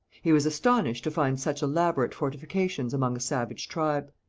he was astonished to find such elaborate fortifications among a savage tribe.